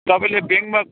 तपाईँले ब्याङ्कमा